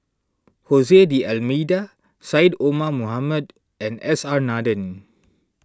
Jose D'Almeida Syed Omar Mohamed and S R Nathan